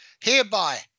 hereby